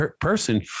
person